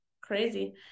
Crazy